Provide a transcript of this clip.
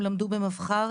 הם למדו במבח"ר,